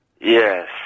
Yes